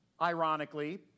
ironically